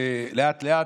לאט-לאט,